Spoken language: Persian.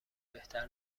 بهتر